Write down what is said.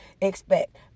expect